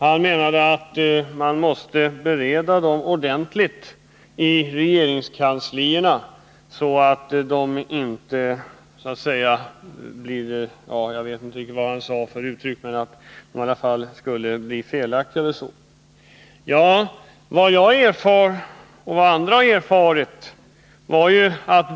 Han menade att man måste bereda dem ordentligt i regeringskansliet, så att det inte i efterhand kan sägas Nr 147 att eventuella lagar har tillkommit på ett hafsigt och slarvigt sätt.